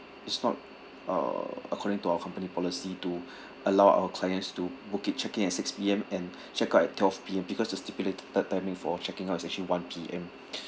it's not uh according to our company policy to allow our clients to book it check in at six P_M and check out at twelve P_M because the stipulated tim~ timing for checking out is actually one P_M